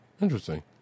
interesting